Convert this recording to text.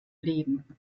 leben